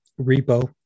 repo